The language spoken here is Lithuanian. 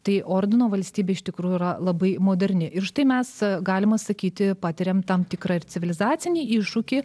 tai ordino valstybė iš tikrųjų yra labai moderni ir štai mes galima sakyti patiriam tam tikrą ir civilizacinį iššūkį